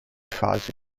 fasi